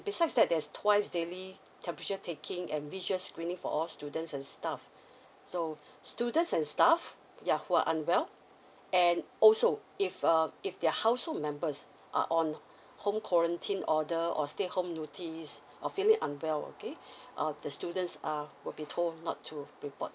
besides that there's twice daily temperature taking and visual screening for all students and staffs so students and staffs ya who are unwell and also if uh if their household members are on home quarantine order or stay home notice or feeling unwell okay uh the students uh would be told not to report